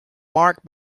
marked